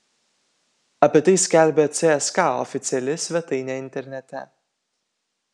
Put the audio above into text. apie tai skelbia cska oficiali svetainė internete